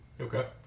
Okay